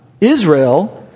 Israel